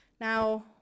Now